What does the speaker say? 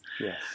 Yes